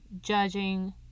judging